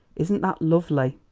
isn't that lovely?